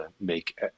make